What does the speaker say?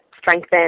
strengthen